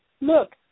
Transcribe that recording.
Look